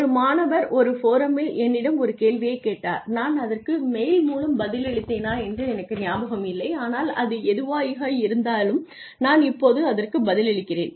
ஒரு மாணவர் ஒரு ஃபோரம்மில் என்னிடம் ஒரு கேள்வியைக் கேட்டார் நான் அதற்கு மெயில் மூலம் பதிலளித்தேனா என்று எனக்கு ஞாபகம் இல்லை ஆனால் எதுவாகயிருந்தாலும் நான் இப்போது அதற்குப் பதிலளிக்கிறேன்